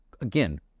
again